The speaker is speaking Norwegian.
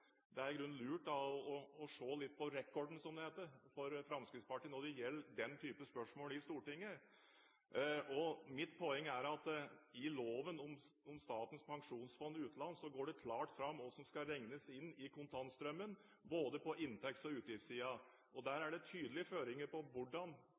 det i grunnen er lurt å se litt på «record»-en, som det heter, for Fremskrittspartiet når det gjelder den slags spørsmål i Stortinget. Mitt poeng er at i loven om Statens pensjonsfond utland går det klart fram hva som skal regnes inn i kontantstrømmen, på både inntekts- og utgiftssiden. Der